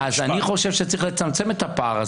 אני חושב שצריך לצמצם את הפער הזה,